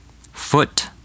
Foot